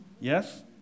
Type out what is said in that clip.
Yes